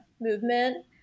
movement